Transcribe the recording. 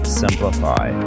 simplify